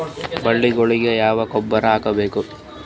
ಬೆಳಿಗೊಳಿಗಿ ಯಾಕ ಗೊಬ್ಬರ ಹಾಕಬೇಕು?